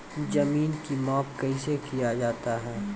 जमीन की माप कैसे किया जाता हैं?